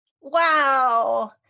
Wow